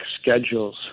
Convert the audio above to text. schedules